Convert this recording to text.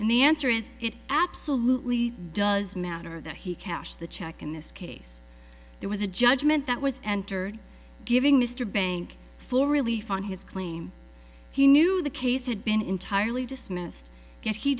and the answer is it absolutely does matter that he cashed the check in this case there was a judgment that was entered giving mr bank full relief on his claim he knew the case had been entirely dismissed yet he